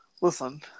Listen